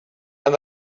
and